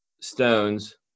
stones